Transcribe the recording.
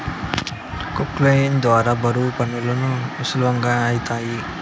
క్రొక్లేయిన్ ద్వారా బరువైన పనులు సులువుగా ఐతాయి